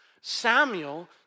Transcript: Samuel